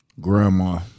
Grandma